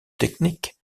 technique